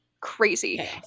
crazy